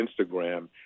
Instagram